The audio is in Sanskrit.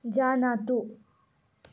जानातु